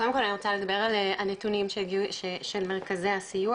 קודם כל אני רוצה לדבר על הנתונים של מרכזי הסיוע,